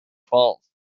falls